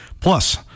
plus